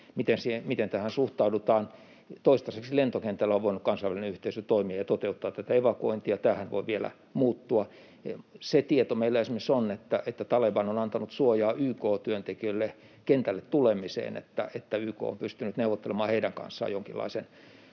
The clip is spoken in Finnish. miten tähän suhtaudutaan? Toistaiseksi lentokentällä on voinut kansainvälinen yhteisö toimia ja toteuttaa tätä evakuointia. Tämähän voi vielä muuttua. Se tieto meillä esimerkiksi on, että Taleban on antanut suojaa YK-työntekijöille kentälle tulemiseen, että YK on pystynyt neuvottelemaan heidän kanssaan jonkinlaisen